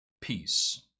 peace